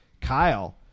Kyle